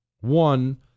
One